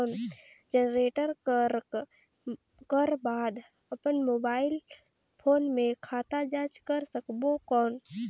Generate करक कर बाद अपन मोबाइल फोन मे खाता जांच कर सकबो कौन?